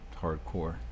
hardcore